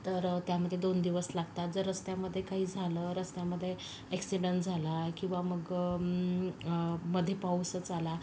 तर त्यामधे दोन दिवस लागतात जर रस्त्यामध्ये काय झालं रस्त्यामध्ये ॲक्सिडेंट झाला किंवा मग मध्ये पाऊसच आला